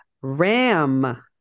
Ram